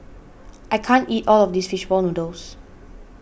I can't eat all of this Fish Ball Noodles